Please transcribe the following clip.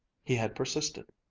he had persisted,